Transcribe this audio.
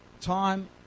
time